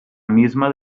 misma